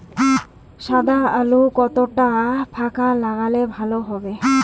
সাদা আলু কতটা ফাকা লাগলে ভালো হবে?